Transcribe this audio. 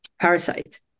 Parasite